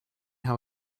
how